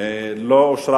לא אושרה